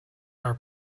are